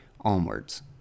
onwards